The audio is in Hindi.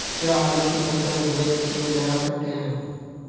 क्या आलू की फसल बलुई मिट्टी में लगा सकते हैं?